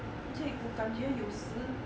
is it 我感觉有时